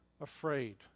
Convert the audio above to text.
afraid